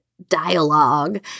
dialogue